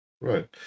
Right